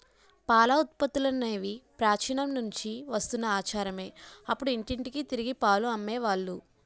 పాల ఉత్పత్తులనేవి ప్రాచీన నుంచి వస్తున్న ఆచారమే అప్పుడు ఇంటింటికి తిరిగి పాలు అమ్మే వాళ్ళు